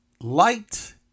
light